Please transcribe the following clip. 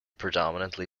predominantly